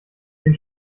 den